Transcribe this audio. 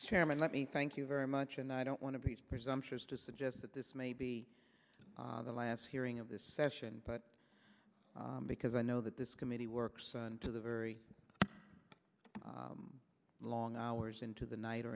chairman let me thank you very much and i don't want to preach presumptuous to suggest that this may be the last hearing of this session but because i know that this committee works into the very long hours into the night